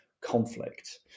conflict